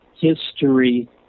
history